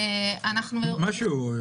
משהו.